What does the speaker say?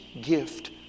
gift